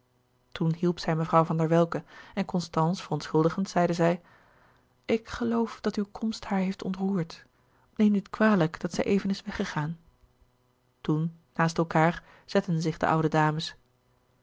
toen hielp zij mevrouw van der welcke en constance verontschuldigend zeide zij ik geloof dat uw komst haar heeft ontroerd neem niet kwalijk dat zij even is weggegaan toen naast elkaâr zetten zich de oude dames